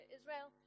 Israel